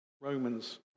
Romans